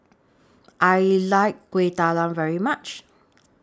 I like Kuih Talam very much